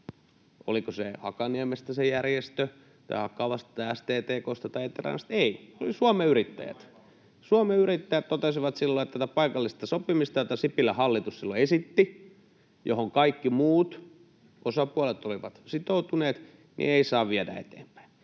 järjestö Hakaniemestä tai Akava tai STTK tai veteraanit? Ei, se oli Suomen Yrittäjät. [Miko Bergbomin välihuuto] Suomen Yrittäjät totesi silloin, että tätä paikallista sopimista, jota Sipilän hallitus silloin esitti, johon kaikki muut osapuolet olivat sitoutuneet, ei saa viedä eteenpäin.